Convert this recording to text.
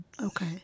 Okay